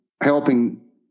helping